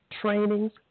Trainings